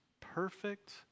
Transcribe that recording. perfect